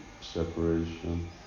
separation